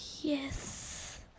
Yes